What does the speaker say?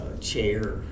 chair